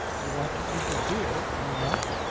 you want to interfere do you not?